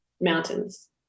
Mountains